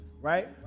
right